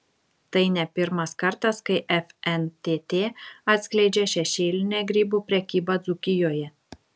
tai ne pirmas kartas kai fntt atskleidžia šešėlinę grybų prekybą dzūkijoje